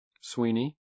Sweeney